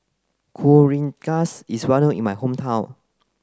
Kuih Rengas is well known in my hometown